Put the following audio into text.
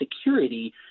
security